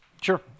Sure